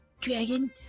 dragon